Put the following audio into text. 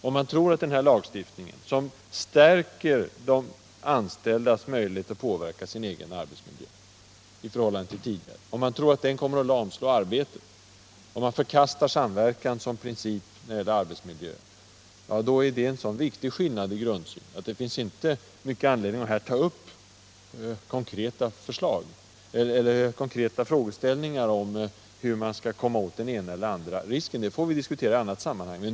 Om man tror att den här lagstiftningen, som stärker de anställdas möjligheter att påverka sin egen arbetsmiljö, kommer att lamslå arbetet på att förbättra arbetsmiljön, om man förkastar samverkan som princip när det gäller att förbättra arbetsmiljön, är detta en så viktig skillnad i grundsyn att det inte finns mycket anledning att här diskutera konkreta frågeställningar om hur man skall komma åt den ena eller andra risken. Det får vi diskutera i annat sammanhang.